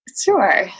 Sure